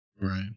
right